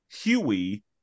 Huey